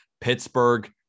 Pittsburgh